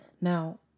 Now